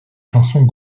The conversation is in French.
chansons